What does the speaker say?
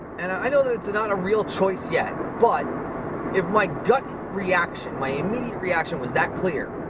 and i know that it's not a real choice yet, but if my gut reaction, my immediate reaction, was that clear,